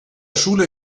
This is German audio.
schule